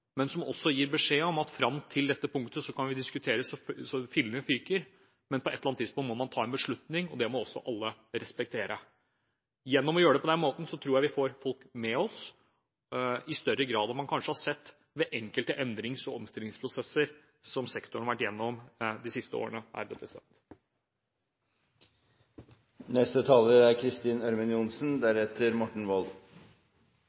men som også gir beskjed om at fram til et punkt kan vi diskutere så fillene fyker, men på et eller annet tidspunkt må det tas en beslutning, og det må også alle respektere. Gjennom å gjøre det på den måten tror jeg vi får folk med oss i større grad enn man kanskje har sett ved enkelte endrings- og omstillingsprosesser som sektoren har vært gjennom de siste årene. Takk for interpellasjonen. Som ny i Stortinget er